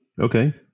Okay